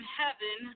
heaven